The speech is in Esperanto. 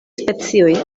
specioj